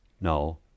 no